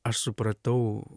aš supratau